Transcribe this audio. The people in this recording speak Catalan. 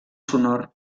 sonor